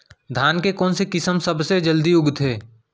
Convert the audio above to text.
धान के कोन से किसम सबसे जलदी उगथे?